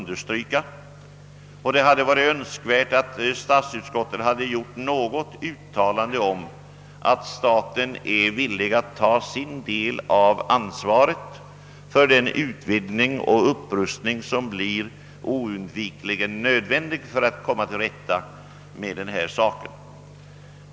Det hade varit önskvärt att statsutskottet hade gjort något uttalande om att staten måste ta sin del av ansvaret för den utvidgning och upprustning, som blir oundvikligen nödvändig för att komma till rätta med förhållandena.